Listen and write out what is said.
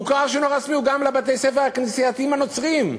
המוכר שאינו רשמי הוא גם לבתי-הספר הכנסייתיים הנוצריים.